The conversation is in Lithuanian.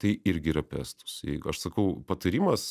tai irgi yra apie estus jeigu aš sakau patarimas